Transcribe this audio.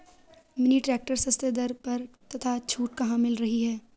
Mini tractor सस्ते दर पर तथा छूट कहाँ मिल रही है?